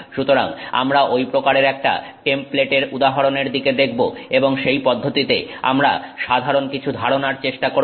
সুতরাং আমরা ঐ প্রকারের একটা টেমপ্লেটের উদাহরণের দিকে দেখব এবং সেই পদ্ধতিতে আমরা সাধারণ কিছু ধারনার চেষ্টা করব